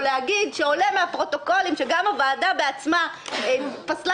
או להגיד שעולה מן הפרוטוקולים שגם הוועדה בעצמה פסלה